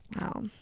Wow